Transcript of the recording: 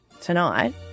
tonight